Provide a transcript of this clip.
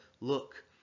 look